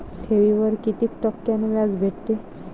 ठेवीवर कितीक टक्क्यान व्याज भेटते?